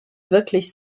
wirklich